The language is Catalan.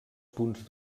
punts